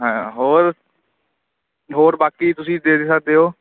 ਹਾਂ ਹੋਰ ਹੋਰ ਬਾਕੀ ਤੁਸੀਂ ਦੇਖ ਸਕਦੇ ਹੋ